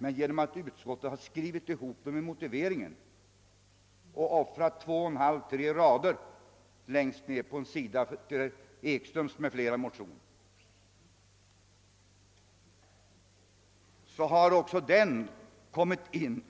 Men på grund av att utskottet har skrivit ihop motionerna i motiveringen och offrat två och en halv, tre rader längst ned på en sida på den Ekströmska motionen har också den kommit med